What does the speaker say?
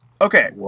Okay